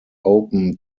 open